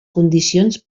condicions